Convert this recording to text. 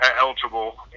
eligible